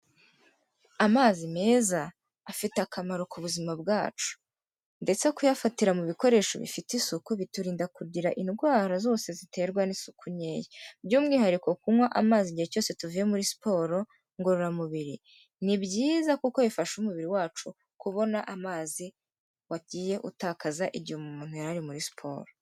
Amazi meza afite akamaro ku buzima bwacu ndetse kuyafatira mu bikoresho bifite isuku biturinda kugira indwara zose ziterwa n'isuku nkeya, by'umwihariko kunywa amazi igihe cyose tuvuye muri siporo ngororamubiri ni byiza kuko bifasha umubiri wacu kubona amazi wagiye utakaza igihe umuntu yari ari muri siporo.